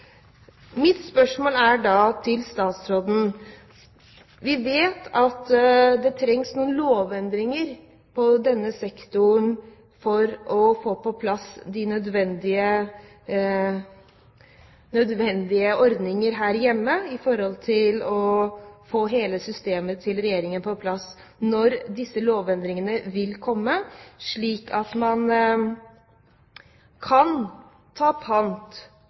Vi vet at det trengs noen lovendringer på denne sektoren for å få på plass de nødvendige ordninger her hjemme,